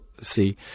see